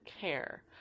care